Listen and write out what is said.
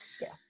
Yes